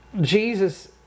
Jesus